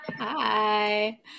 hi